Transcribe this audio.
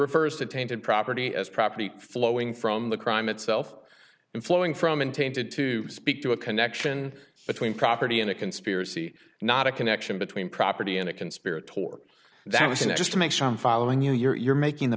refers to tainted property as property flowing from the crime itself and flowing from untainted to speak to a connection between property and a conspiracy not a connection between property and a conspiratory that was just to make sure i'm following you you're making the